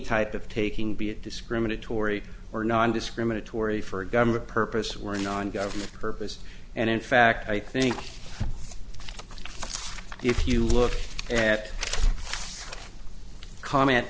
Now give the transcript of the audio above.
type of taking be it discriminatory or nondiscriminatory for a government purpose or non government purpose and in fact i think if you look at comment